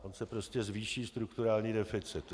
On se prostě zvýší strukturální deficit.